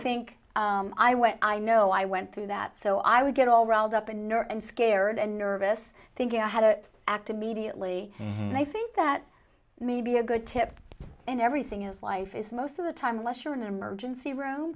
think i went i know i went through that so i would get all riled up in ur and scared and nervous thinking of how to act immediately and i think that may be a good tip and everything else life is most of the time unless you're an emergency room